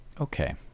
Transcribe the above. Okay